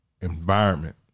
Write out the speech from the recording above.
environment